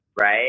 right